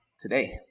today